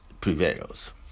prevails